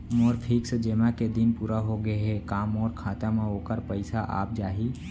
मोर fix जेमा के दिन पूरा होगे हे का मोर खाता म वोखर पइसा आप जाही?